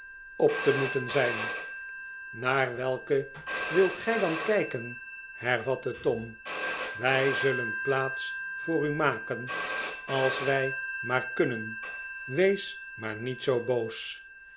op te moeten zijn naar welke wilt gij dan kijken hervatte tom wij zullen plaats voor u maken als wij maar kunnen wees maar niet zoo boost